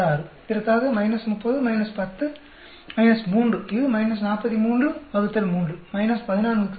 இதற்காக 30 10 3 இது 433 14 க்கு வருகிறது